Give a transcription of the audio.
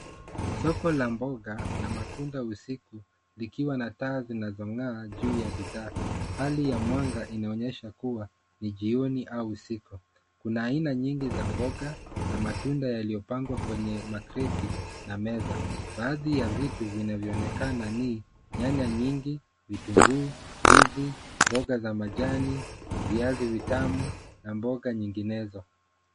Soko la mboga na matunda usiku likiwa na taa zinazong'aa juu ya bidhaa. Hali ya mwanga inaonyesha kuwa ni jioni au usiku. Kuna aina nyingi za mboga na matunda yaliyopangwa kwenye makreti na meza. Baadhi ya vitu vinavyoonekana ni nyanya nyingi, vitunguu, ndizi, mboga za majani, viazi vitamu na mboga nyinginezo.